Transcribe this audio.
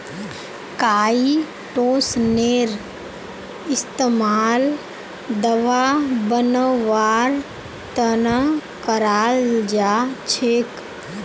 काईटोसनेर इस्तमाल दवा बनव्वार त न कराल जा छेक